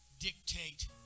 dictate